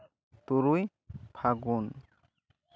ᱛᱩᱨᱩᱭ ᱯᱷᱟᱹᱜᱩᱱ